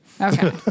Okay